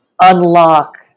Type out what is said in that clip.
unlock